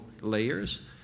layers